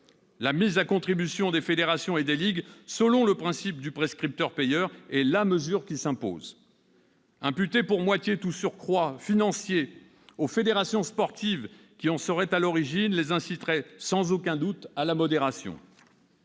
La mise à contribution des fédérations et des ligues selon le principe du « prescripteur-payeur » est la mesure qui s'impose. Imputer pour moitié tout surcoût financier aux fédérations sportives qui en seraient à l'origine les inciterait sans aucun doute à la modération.